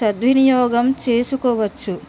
సద్వినియోగం చేసుకోవచ్చు